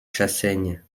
chassaigne